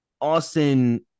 Austin